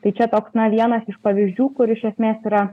tai čia toks na vienas iš pavyzdžių kur iš esmės yra